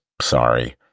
sorry